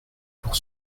pour